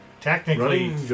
technically